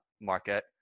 market